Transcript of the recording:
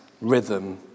rhythm